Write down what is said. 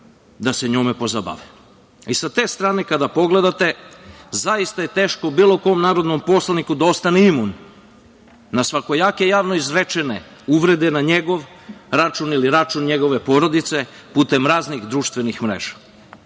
da se njome pozabave. Sa te strane kada pogledate zaista je teško bilo kom narodnom poslaniku da ostane imun na svakojake javno izrečene uvrede na njegov račun ili račun njegove porodice putem raznih društvenih mreža. Sa